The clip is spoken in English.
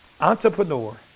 entrepreneur